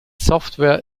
software